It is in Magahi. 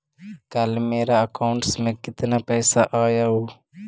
कल मेरा अकाउंटस में कितना पैसा आया ऊ?